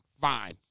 fine